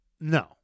no